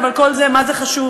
אבל כל זה, מה חשוב?